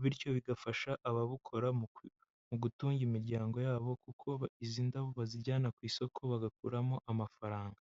bityo bigafasha ababukora mu gutunga imiryango yabo kuko izi ndabo bazijyana ku isoko bagakuramo amafaranga.